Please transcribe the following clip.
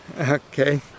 okay